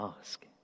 ask